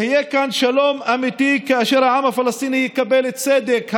יהיה כאן שלום אמיתי כאשר העם הפלסטיני יקבל צדק,